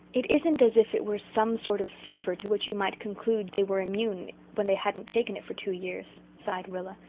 it isn't as if it were some sort of fever to which you might conclude they were immune when they hadn't taken it for two years, sighed rilla.